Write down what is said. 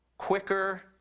quicker